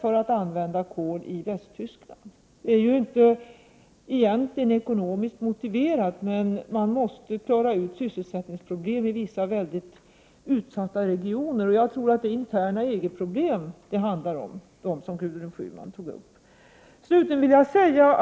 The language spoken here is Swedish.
Egnetligen är det inte ekonomiskt motiverat, men man måste lösa sysselsättningsproblemen i vissa mycket utsatta regioner. Jag tror att de problem som Gudrun Schyman tog upp är interna inom EG.